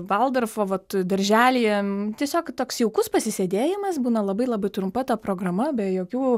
valdorfo vat darželyje tiesiog toks jaukus pasisėdėjimas būna labai labai trumpa ta programa be jokių